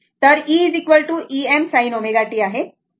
तर e Em sin ω t आहे